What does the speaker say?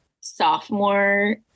sophomore